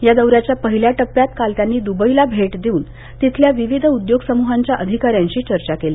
या दौऱ्याच्या पहिल्या टप्प्यात काल त्यांनी दुबईला भेट देऊन तिथल्या विविध उद्योग सम्रहांच्या अधिकाऱ्यांशी चर्चा केली